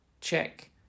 check